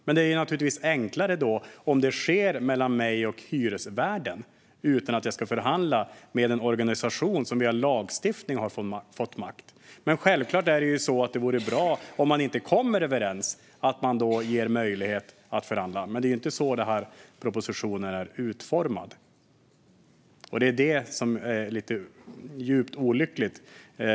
Men det är lättare om det görs upp mellan hyresgäst och hyresvärd utan att man ska behöva förhandla med en organisation som har fått makt via lagstiftning. Självklart vore det bra om man ger möjlighet att förhandla om det inte går att komma överens, men det är inte så den här propositionen är utformad. Det är det som är djupt olyckligt.